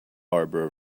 harbor